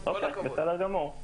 בסדר גמור.